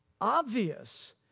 obvious